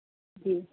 جی